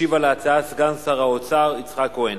ישיב על ההצעה סגן שר האוצר יצחק כהן.